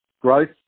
growth